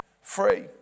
free